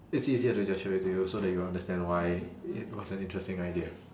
it's easier to just show it to you so that you understand why it was an interesting idea